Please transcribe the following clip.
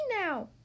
now